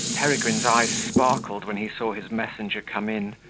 peregrine's eyes sparkled when he saw his messenger come in,